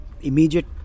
immediate